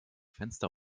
fenster